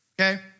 okay